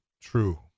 true